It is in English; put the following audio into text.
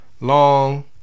Long